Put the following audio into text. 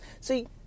See